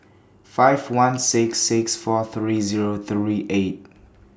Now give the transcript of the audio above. five one six six four three Zero three eight